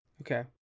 Okay